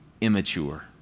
immature